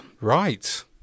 right